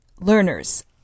Learners